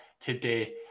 today